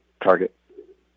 target